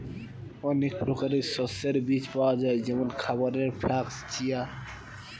অনেক প্রকারের শস্যের বীজ পাওয়া যায় যেমন খাবারের ফ্লাক্স, চিয়া